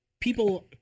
People